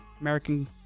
American